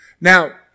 Now